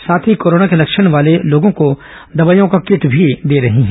साथ ही कोरोना के लक्षण वाले लोगों को दवाइयों का किट भी दे रही हैं